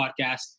podcast